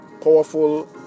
powerful